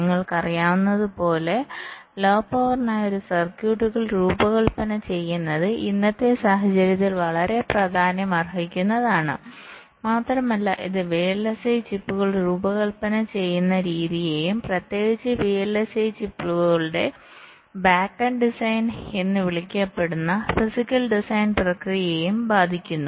നിങ്ങൾക്ക് അറിയാവുന്നതുപോലെലോ പവറിനായി ഒരു സർക്യൂട്ടുകൾ രൂപകൽപന ചെയ്യുന്നത് ഇന്നത്തെ സാഹചര്യത്തിൽ വളരെ പ്രാധാന്യമർഹിക്കുന്നതാണ് മാത്രമല്ല ഇത് വിഎൽഎസ്ഐ ചിപ്പുകൾ രൂപകൽപ്പന ചെയ്യുന്ന രീതിയെയും പ്രത്യേകിച്ച് വിഎൽഎസ്ഐ ചിപ്പുകളുടെ ബാക്ക് എൻഡ് ഡിസൈൻ എന്ന് വിളിക്കപ്പെടുന്ന ഫിസിക്കൽ ഡിസൈൻ പ്രക്രിയയെയും ബാധിക്കുന്നു